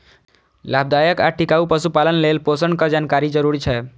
लाभदायक आ टिकाउ पशुपालन लेल पोषणक जानकारी जरूरी छै